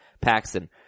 Paxton